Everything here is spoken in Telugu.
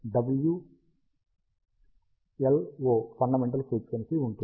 ωLO ఫండమెంటల్ ఫ్రీక్వెన్సీ ఉంటుంది